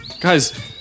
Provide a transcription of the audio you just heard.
Guys